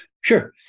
Sure